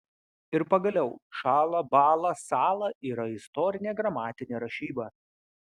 ir pagaliau šąla bąla sąla yra istorinė gramatinė rašyba